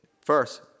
first